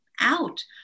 out